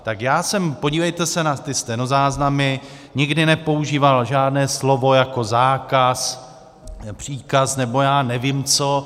Tak já jsem, podívejte se na ty stenozáznamy, nikdy nepoužíval žádné slovo jako zákaz, příkaz nebo já nevím co.